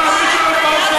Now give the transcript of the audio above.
למה, מי שהולך,